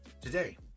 today